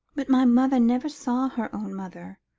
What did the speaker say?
but my mother never saw her own mother,